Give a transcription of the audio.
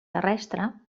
terrestre